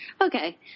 Okay